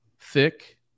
thick